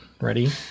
ready